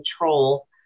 control